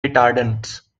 retardants